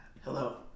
hello